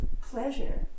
pleasure